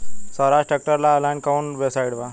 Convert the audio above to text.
सोहराज tractor ला online कोउन website बा?